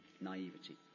naivety